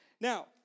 Now